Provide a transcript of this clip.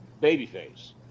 babyface